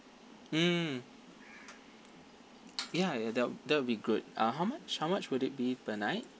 mm ya ya that that'll good ah how much how much would it be per night